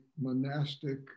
monastic